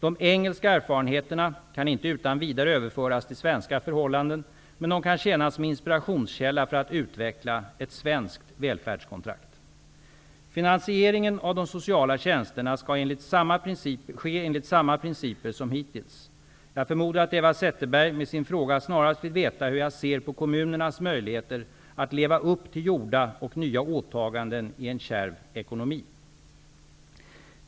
De engelska erfarenheterna kan inte utan vidare överföras till svenska förhållanden, men de kan tjäna som inspirationskälla för att utveckla ett svenskt välfärdskontrakt. Finansieringen av de sociala tjänsterna skall ske enligt samma principer som hittills. Jag förmodar att Eva Zetterberg med sin fråga snarast vill veta hur jag ser på kommunernas möjligheter att leva upp till gjorda och nya åtaganden i en kärv ekonomi.